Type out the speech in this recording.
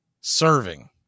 serving